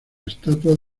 estatuas